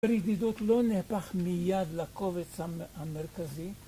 הרדידות לא נהפך מיד לקובץ המרכזי